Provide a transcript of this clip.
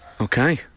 Okay